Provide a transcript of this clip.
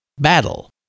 Battle